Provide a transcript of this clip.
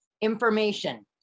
information